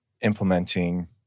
implementing